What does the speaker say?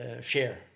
share